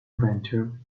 venture